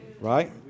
right